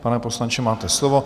Pane poslanče, máte slovo.